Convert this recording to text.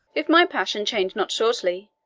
if my passion change not shortly.